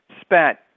spent